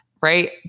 Right